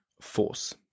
force